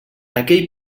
aquell